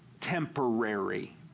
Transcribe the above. temporary